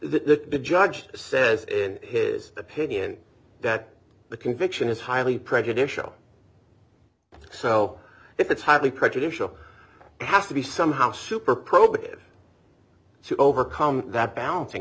the judge says in his opinion that the conviction is highly prejudicial so if it's highly prejudicial has to be somehow super probative to overcome that balancing